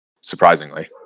surprisingly